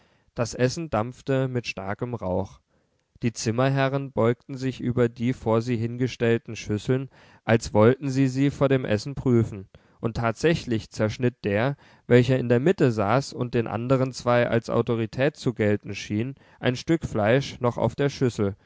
das essen dampfte mit starkem rauch die zimmerherren beugten sich über die vor sie hingestellten schüsseln als wollten sie sie vor dem essen prüfen und tatsächlich zerschnitt der welcher in der mitte saß und den anderen zwei als autorität zu gelten schien ein stück fleisch noch auf der schüssel